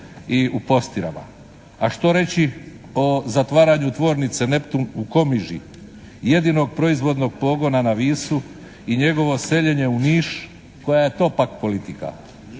i u Postirama. A što reći o zatvaranju tvornice Neptun u Komiži? Jedinog proizvodnog pogona na Visu i njegovo seljenje u Niš koja je to pak politika?